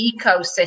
ecosystem